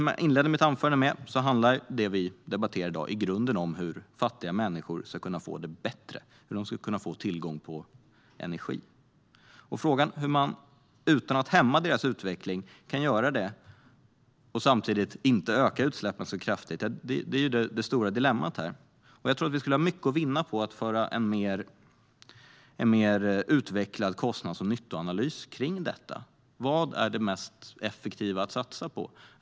Som jag inledde mitt anförande med handlar det vi debatterar i dag i grunden om hur fattiga människor ska kunna få det bättre, hur de ska kunna få tillgång till energi. Hur man kan göra det utan att hämma deras utveckling och samtidigt inte öka utsläppen så kraftigt är det stora dilemmat här. Jag tror att vi skulle ha mycket att vinna på att föra en mer utvecklad kostnads och nyttoanalys av vad som är det mest effektiva att satsa på.